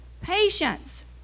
patience